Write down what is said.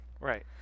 Right